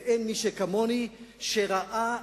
ואין מי שכמוני ראה,